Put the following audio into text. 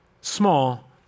small